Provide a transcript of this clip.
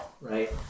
right